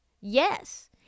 yes